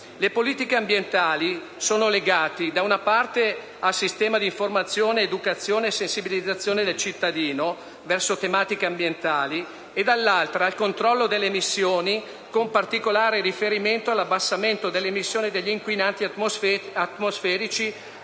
Le politiche ambientali sono legate, da una parte, al sistema di informazione, educazione e sensibilizzazione del cittadino verso tematiche ambientali e, dall'altra, al controllo delle emissioni, con particolare riferimento all'abbassamento delle emissioni degli inquinanti atmosferici